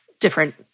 different